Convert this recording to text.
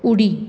उडी